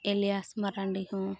ᱤᱞᱤᱭᱟᱥ ᱢᱟᱨᱟᱰᱤ ᱦᱚᱸ